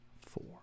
four